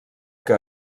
que